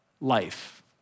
life